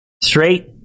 straight